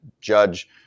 judge